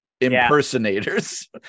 impersonators